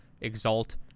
exalt